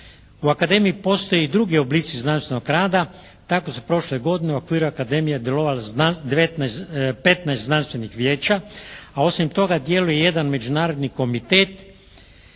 U Akademiji postoje i drugi oblici znanstvenog rada, tako su prošle godine u okviru Akademije djelovalo 15 znanstvenih vijeća, a osim toga djeluje i jedan međunarodni komitet,